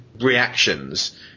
reactions